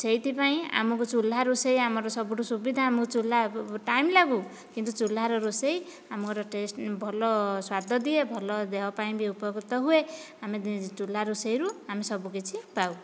ସେଇଥିପାଇଁ ଆମକୁ ଚୁଲା ରୋଷେଇ ଆମର ସବୁଠୁ ସୁବିଧା ଆମକୁ ଚୁଲା ଟାଇମ ଲାଗୁ କିନ୍ତୁ ଚୁଲାରେ ରୋଷେଇ ଆମର ଟେଷ୍ଟ ଭଲ ସ୍ୱାଦ ଦିଏ ଭଲ ଦେହ ପାଇଁ ବି ଉପକୃତ ହୁଏ ଆମେ ଚୁଲା ରୋଷେଇରୁ ଆମେ ସବୁ କିଛି ପାଉ